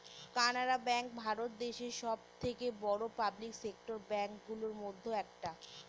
Canara bank Bharat দেশে সব থেকে বড়ো পাবলিক সেক্টর ব্যাঙ্ক গুলোর মধ্যে একটা